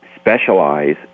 specialize